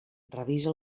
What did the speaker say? revisa